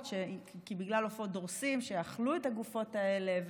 בגלל עופות דורסים שאכלו את הגופות האלה.